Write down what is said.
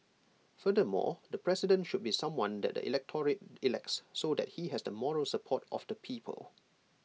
furthermore the president should be someone that the electorate elects so that he has the moral support of the people